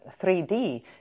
3D